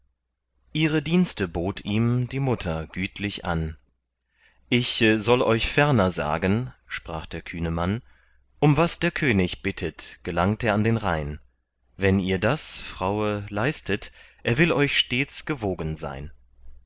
ihre dienste bot ihm die mutter gütlich an ich soll euch ferner sagen sprach der kühne mann um was der könig bittet gelangt er an den rhein wenn ihr das fraue leistet er will euch stets gewogen sein